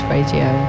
Radio